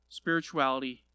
spirituality